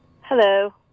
Hello